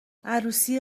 عروسی